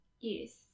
Yes